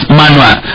manual